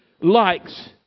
likes